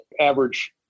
average